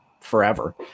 forever